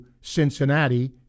Cincinnati